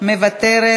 מוותרת,